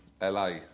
LA